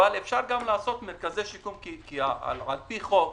אבל אפשר גם לעשות מרכזי שיקום כי על פי חוק